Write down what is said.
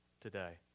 today